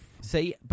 See